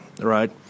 Right